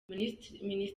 minisiteri